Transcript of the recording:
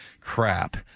crap